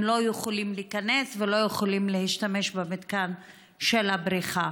לא יכולים להיכנס ולא יכולים להשתמש במתקן של הבריכה.